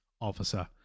officer